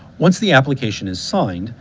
once the application is signed,